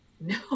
no